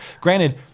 Granted